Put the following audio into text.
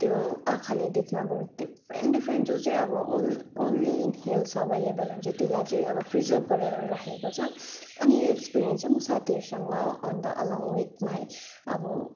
त्यो आँखाले देख्न अब डिफ्रेन्ट डिफ्रेन्ट जो चाहिँ अब on only in hill available हुन्छ त्यसलाई चाहिँ अब प्रिजर्भ गरेर राखेको छ अनि यो एक्सपिरिएन्स चाहिँ म साथीहरूसँग अन्त अलोङ विथ माइ अब